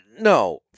No